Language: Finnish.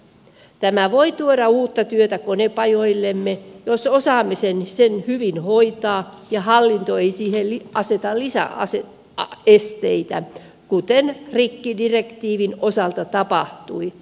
tämä voi tuoda uutta työtä konepajoillemme jos osaamme sen hyvin hoitaa ja hallinto ei siihen aseta lisäesteitä kuten rikkidirektiivin osalta tapahtui